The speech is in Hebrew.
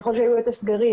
ככל שהיו את הסגרים,